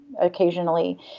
occasionally